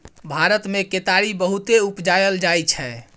भारत मे केतारी बहुते उपजाएल जाइ छै